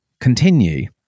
continue